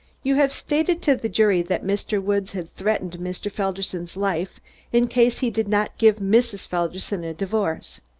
you have stated to the jury that mr. woods had threatened mr. felderson's life in case he did not give mrs. felderson a divorce.